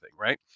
right